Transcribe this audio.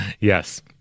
Yes